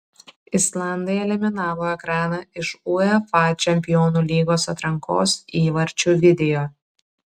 islandai eliminavo ekraną iš uefa čempionų lygos atrankos įvarčių video